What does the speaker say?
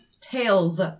Tails